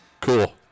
Cool